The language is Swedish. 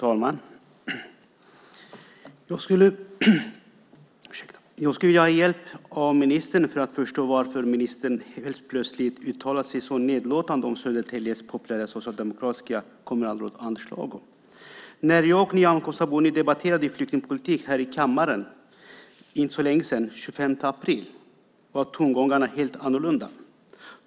Fru talman! Jag vill ha hjälp av ministern att förstå varför ministern helt plötsligt uttalar sig så nedlåtande om Södertäljes populära socialdemokratiska kommunalråd Anders Lago. När jag och Nyamko Sabuni debatterade flyktingpolitik här i kammaren för inte så länge sedan, den 25 april, var tongångarna helt annorlunda.